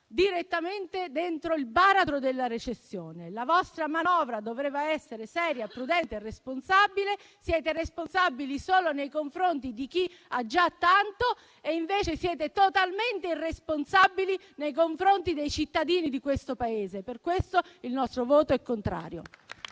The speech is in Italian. direttamente dentro il baratro della recessione. La vostra manovra doveva essere seria, prudente e responsabile, ma siete responsabili solo nei confronti di chi ha già tanto e invece siete totalmente irresponsabili nei confronti dei cittadini di questo Paese. Per questi motivi, il nostro